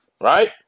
right